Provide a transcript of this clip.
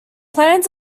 plans